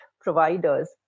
providers